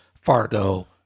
Fargo